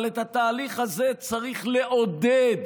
אבל את התהליך הזה צריך לעודד,